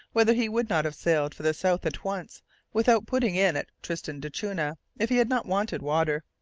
whether he would not have sailed for the south at once without putting in at tristan d'acunha, if he had not wanted water?